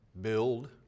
Build